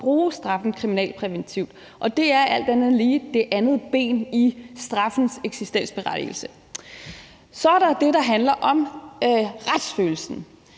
bruge straffene kriminalpræventivt. Det er alt andet lige det andet ben i straffens eksistensberettigelse. Så er der det, der handler om retsfølelsen,